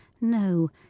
no